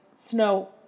snow